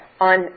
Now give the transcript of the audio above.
on